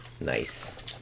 Nice